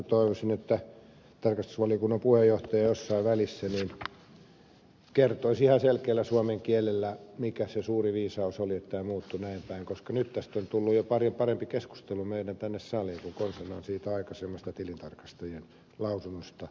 toivoisin että tarkastusvaliokunnan puheenjohtaja jossain välissä kertoisi tästä hallinnosta ihan selkeällä suomen kielellä mikä se suuri viisaus oli että tämä muuttui näin päin koska nyt tästä on tullut jo paljon parempi keskustelu tänne saliin kuin konsanaan siitä aikaisemmasta tilintarkastajien lausunnosta